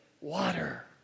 water